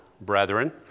brethren